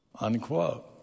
unquote